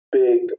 big